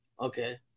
Okay